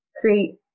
create